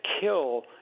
kill